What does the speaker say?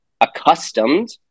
accustomed